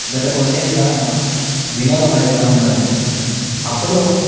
గత కొన్ని ఏళ్ళుగా వినోదం అనేది ఎలా ఉన్నది అంటే అప్పుడు